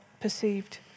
perceived